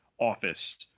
office